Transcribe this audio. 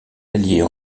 alliés